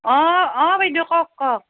অ অ বাইদেউ কওক কওক